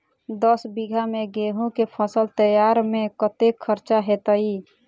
दस बीघा मे गेंहूँ केँ फसल तैयार मे कतेक खर्चा हेतइ?